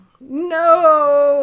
No